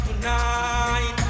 tonight